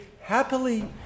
happily